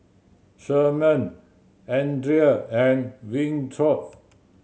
Sherman Andria and Winthrop